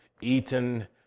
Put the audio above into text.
eaten